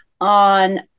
on